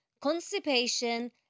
constipation